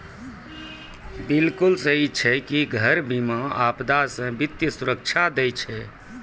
घर बीमा, आपदा से वित्तीय सुरक्षा दै छै